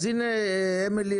אז הנה אמילי,